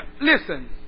listen